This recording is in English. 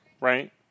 right